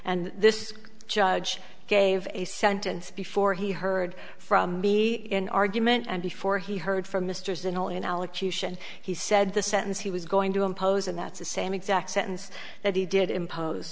and this judge gave a sentence before he heard from be in argument and before he heard from mr zinn on an allocution he said the sentence he was going to impose and that's the same exact sentence that he did impose